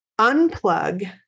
unplug